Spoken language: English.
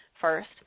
first